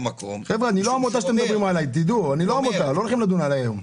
אני לא עמותה, אתם לא הולכים לדון בי היום.